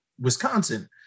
Wisconsin